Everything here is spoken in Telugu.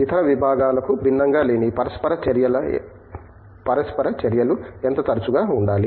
ఇతర విభాగాలకు భిన్నంగా లేని పరస్పర చర్యలు ఎంత తరచుగా ఉండాలి